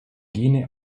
gene